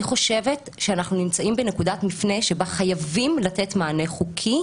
אני חושבת שאנחנו נמצאים בנקודת מפנה שבה חייבים לתת מענה חוקי,